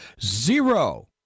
zero